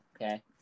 okay